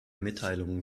mitteilungen